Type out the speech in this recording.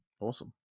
awesome